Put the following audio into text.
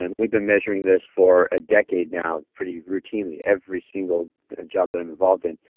and we've been measuring this for a decade now pretty routinely every single job that i'm involved in.